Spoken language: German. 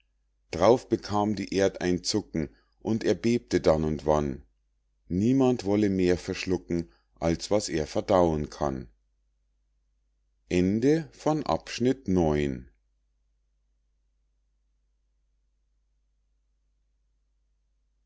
d'rauf bekam die erd ein zucken und erbebte dann und wann niemand wolle mehr verschlucken als was er verdauen kann